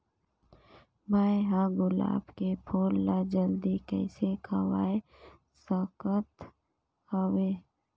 मैं ह गुलाब के फूल ला जल्दी कइसे खवाय सकथ हवे?